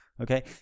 okay